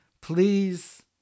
Please